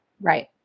Right